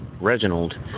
Reginald